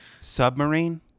submarine